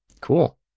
Cool